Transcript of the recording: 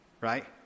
right